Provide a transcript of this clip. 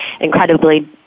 incredibly